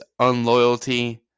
unloyalty